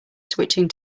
switching